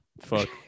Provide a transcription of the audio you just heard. fuck